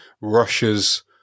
Russia's